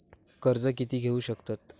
कर्ज कीती घेऊ शकतत?